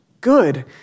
good